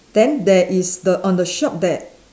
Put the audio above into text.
then there is the on the shop there